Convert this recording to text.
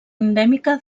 endèmica